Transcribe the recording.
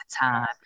time